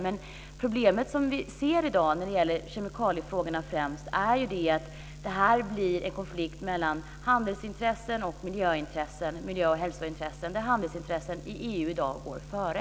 Det problem som vi i dag ser främst i kemikaliefrågorna är att det blir en konflikt mellan handelsintressen och miljö och hälsointressen, där handelsintressena i EU går före.